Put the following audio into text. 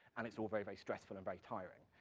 and it's all very very stressful and very tiring.